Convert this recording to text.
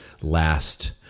last